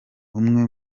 umwe